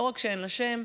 לא רק שאין לה שם,